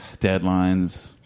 deadlines